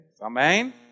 Amen